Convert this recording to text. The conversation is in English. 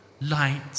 light